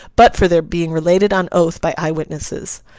but for their being related on oath by eye witnesses.